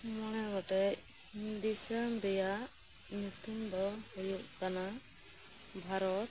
ᱢᱚᱬᱮ ᱜᱚᱴᱮᱡ ᱫᱤᱥᱚᱢ ᱨᱮᱭᱟᱜ ᱧᱩᱛᱩᱢ ᱫᱚ ᱦᱩᱭᱩᱜ ᱠᱟᱱᱟ ᱵᱷᱟᱨᱚᱛ